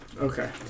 Okay